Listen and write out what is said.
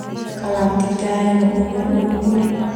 Kalatik dae no ubur-ubur.